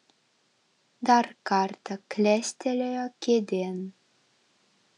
dar kartą klestelėjo kėdėn